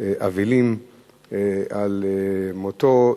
אבלים על מותו.